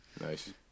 Nice